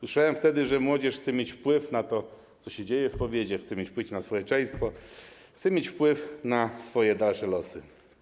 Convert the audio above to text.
Usłyszałem wtedy, że młodzież chce mieć wpływ na to, co się dzieje w powiecie, chce mieć wpływ na społeczeństwo, chce mieć wpływ na swoje dalsze losy.